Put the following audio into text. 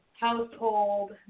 household